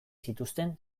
zituzten